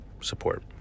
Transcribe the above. support